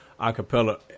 acapella